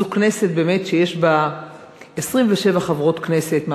זו כנסת שבאמת יש בה 27 חברות כנסת.